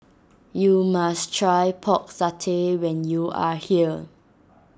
you must try Pork Satay when you are here